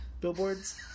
billboards